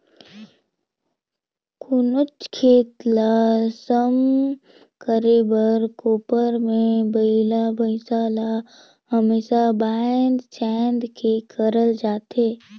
कोनोच खेत ल सम करे बर कोपर मे बइला भइसा ल हमेसा बाएध छाएद के करल जाथे